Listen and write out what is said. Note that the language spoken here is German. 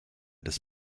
des